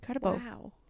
Wow